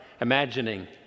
imagining